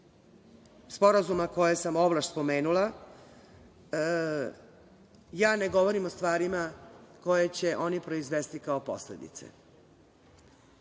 sporazuma, koja sam ovlaš spomenula, ja ne govorim o stvarima koje će oni proizvesti kao posledice,